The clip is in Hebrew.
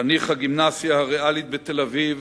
חניך הגימנסיה הריאלית בתל-אביב